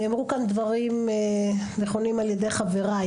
נאמרו כאן דברים נכונים על ידי חבריי.